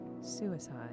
suicide